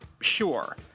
Sure